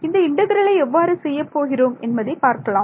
இந்த இன்டெக்ரலை எவ்வாறு செய்யப்போகிறோம் என்பதை பார்க்கலாம்